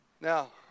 Now